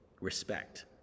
respect